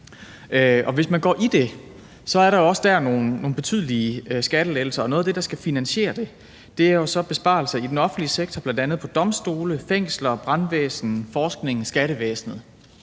ser man også der, at der er nogle betydelige skattelettelser, og at noget af det, der skal finansiere det, jo så er besparelser i den offentlige sektor, bl.a. på vigtige områder som domstole, fængsler, brandvæsen, forskning, skattevæsen.